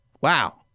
Wow